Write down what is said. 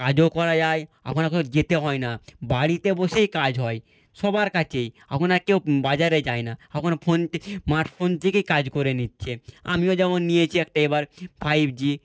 কাজও করা যায় এখন আর যেতে হয় না বাড়িতে বসেই কাজ হয় সবার কাছেই এখন আর কেউ বাজারে যায় না এখন ফোন স্মার্ট ফোন থেকে কাজ করে নিচ্ছে আমিও যেমন নিয়েছি একটা এবার ফাইভ জি